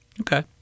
Okay